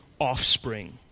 offspring